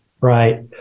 Right